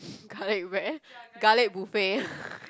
garlic bread garlic buffet